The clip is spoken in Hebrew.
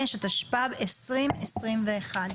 5), התשפ"ב-2021.